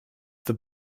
the